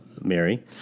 Mary